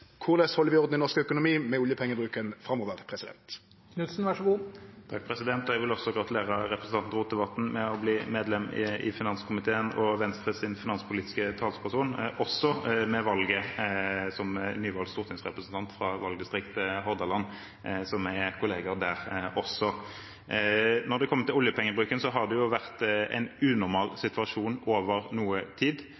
orden i norsk økonomi med oljepengebruken framover? Jeg vil også gratulere representanten Rotevatn med å bli medlem i finanskomiteen og Venstres finanspolitiske talsperson, og også med valget som nyvalgt stortingsrepresentant fra valgdistriktet Hordaland, så vi er kollegaer der også. Når det gjelder oljepengebruken, har det jo vært en unormal